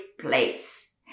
place